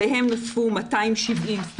אליהם נוספו 270 סטודנטים.